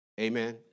Amen